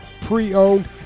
pre-owned